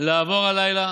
לעבור הלילה